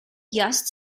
yost